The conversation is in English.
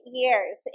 years